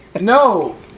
No